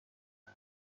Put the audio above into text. نظر